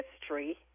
history